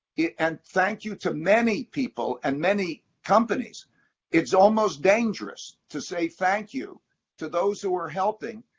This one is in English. yeah and thank you to many people and many companies it's almost dangerous to say thank you to those who are helping,